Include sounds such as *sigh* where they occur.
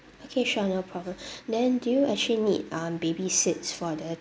okay sure no problem *breath* then do you actually need um baby seats for the